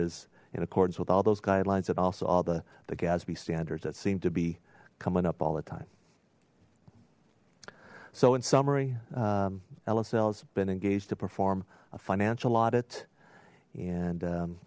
is in accordance with all those guidelines and also all the the gatsby standards that seemed to be coming up all the time so in summary lsl has been engaged to perform a financial audit and